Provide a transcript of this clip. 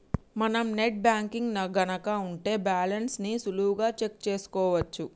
మనం net banking గనక ఉంటే బ్యాలెన్స్ ని సులువుగా చెక్ చేసుకోవచ్చు